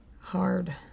Hard